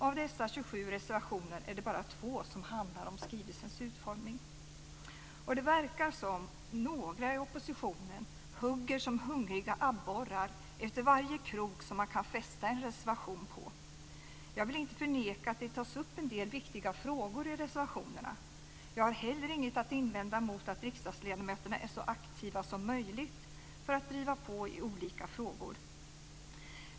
Av dessa 27 reservationer är det bara två som handlar om skrivelsens utformning. Det verkar som om några i oppositionen hugger som hungriga abborrar efter varje krok som man kan fästa en reservation på. Jag vill inte förneka att det tas upp en del viktiga frågor i reservationerna. Jag har heller inget att invända mot att riksdagsledamöterna är så aktiva som möjligt för att driva på i olika frågor.